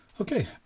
Okay